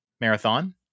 marathon